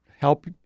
help